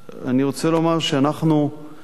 אני רוצה לומר שאנחנו חתמנו